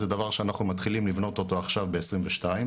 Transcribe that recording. זה דבר שאנחנו מתחילים לבנות אותו עכשיו ב-2022,